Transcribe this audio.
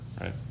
right